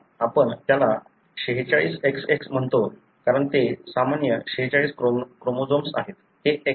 तर आपण त्याला 46 XX म्हणतो कारण ते सामान्य 46 क्रोमोझोम्स आहेत